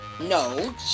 no